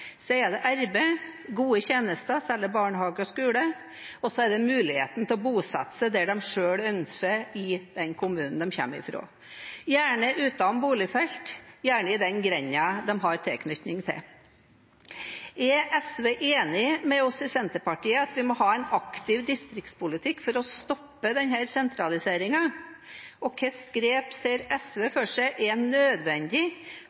er det arbeid, gode tjenester, særlig barnehage og skole, og mulighet for å bosette seg der de selv ønsker i den kommunen de kommer fra – gjerne utenom boligfelt, gjerne i den grenda de har tilknytning til. Er SV enig med oss i Senterpartiet i at vi må ha en aktiv distriktspolitikk for å stoppe denne sentraliseringen, og hvilke grep ser SV